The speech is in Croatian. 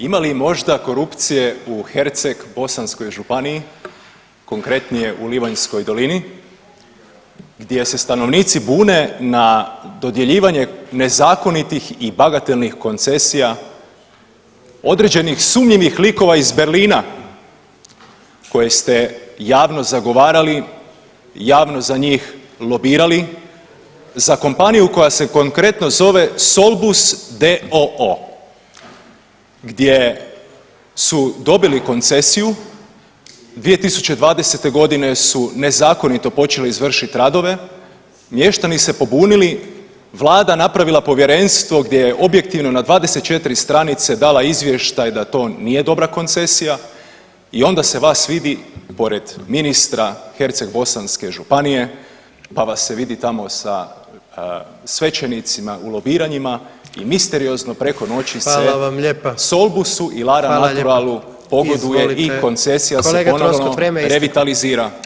Ima li možda korupcije u Hercegbosanskoj županije konkretnije u Livanjskoj dolini gdje se stanovnici bune na dodjeljivanje nezakonitih i bagatelnih koncesija određenih sumnjivih likova iz Berlina koje ste javno zagovarali, javno za njih lobirali, za kompaniju koja se konkretno zove Solbus d.o.o. gdje su dobili koncesiju, 2020. g. su nezakonito počeli izvršiti radove, mještani se pobunili, Vlada napravila povjerenstvo gdje objektivno na 24 stranice dala izvještaj da to nije dobra koncesija i onda se vas vidi pored ministra Hercegbosanske županije, pa vas se vidi tamo sa svećenicima u lobiranjima i misteriozno preko noći se [[Upadica: Hvala vam lijepa.]] Solbusu i Lara Naturalu [[Upadica: Hvala lijepa.]] pogoduje i koncesija se [[Upadica: Kolega Troskot, vrijeme je isteklo.]] ponovno revitalizira.